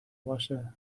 باشه